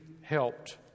helped